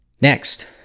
Next